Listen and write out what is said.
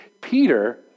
Peter